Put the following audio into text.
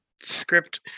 script